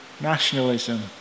nationalism